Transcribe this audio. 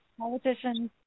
politicians